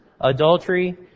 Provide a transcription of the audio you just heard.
adultery